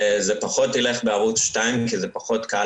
זה פחות ילך בערוץ 2 כי זה פחות קל